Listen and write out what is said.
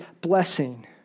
blessing